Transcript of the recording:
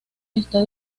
está